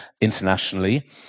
internationally